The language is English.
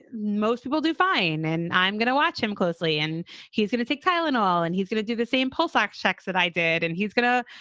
most people do fine. and i'm going to watch him closely and he's going to take tylenol and he's going to do the same poll fact checks that i did and he's going to,